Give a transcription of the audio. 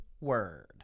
Word